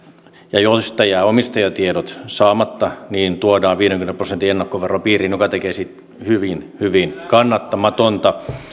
ja joista jää omistajatiedot saamatta tuodaan viidenkymmenen prosentin ennakkoveron piiriin joka tekee siitä hyvin hyvin kannattamatonta